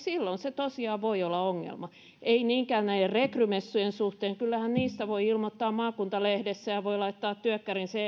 silloin se tosiaan voi olla ongelma ei niinkään näiden rekrymessujen suhteen kyllähän niistä voi ilmoittaa maakuntalehdessä ja voi laittaa työkkärin